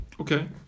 Okay